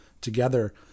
together